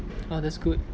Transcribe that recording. ah that's good